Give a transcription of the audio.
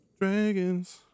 Dragons